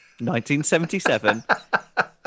1977